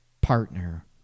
partner